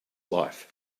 life